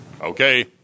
okay